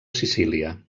sicília